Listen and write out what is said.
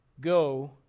Go